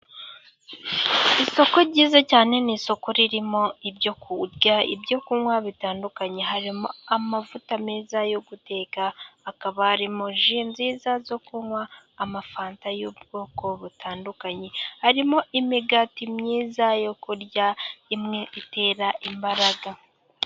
Isoko ryiza cyane, ni isoko ririmo ibyo kurya, ibyo kunywa bitandukanye, harimo amavuta meza yo guteka, hakaba harimo ji nziza zo kunywa, amafanta y'ubwoko butandukanye, harimo imigati myiza yo kurya, imwe itera imbaraga.